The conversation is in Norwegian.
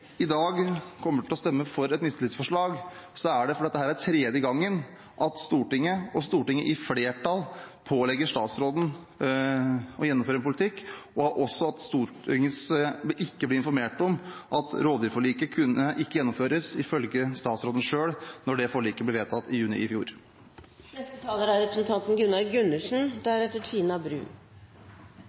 i dag kommer til å stemme for et mistillitsforslag, er det fordi dette er tredje gangen Stortinget, stortingsflertallet, pålegger statsråden å gjennomføre en politikk, og fordi Stortinget ikke ble informert om at rovviltforliket ifølge statsråden selv ikke kunne gjennomføres – da det forliket ble vedtatt i juni i